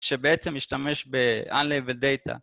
שבעצם משתמש ב-unlabeled data.